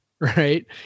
Right